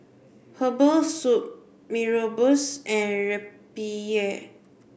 herbal soup Mee Rebus and Rempeyek